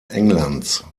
englands